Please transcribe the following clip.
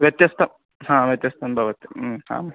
व्यत्यस्तं हा व्यत्यस्तं भवति आम्